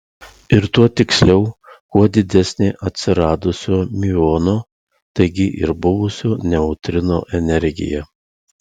ir tuo tiksliau kuo didesnė atsiradusio miuono taigi ir buvusio neutrino energija